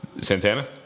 Santana